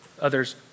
others